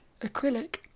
acrylic